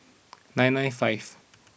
nine nine five